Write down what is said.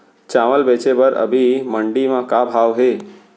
चांवल बेचे बर अभी मंडी म का भाव हे?